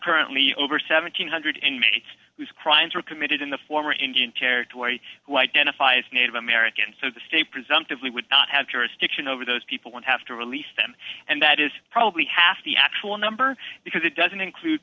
currently over seven hundred inmates whose crimes were committed in the former indian territory who identified as native american so the state presumptively would not have jurisdiction over those people would have to release them and that is probably half the actual number because it doesn't include